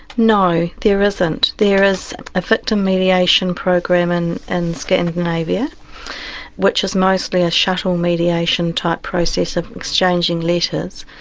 no, there isn't. there is a victim mediation program in and scandinavia which is mostly a shuttle mediation type process of exchanging letters.